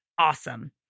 awesome